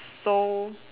so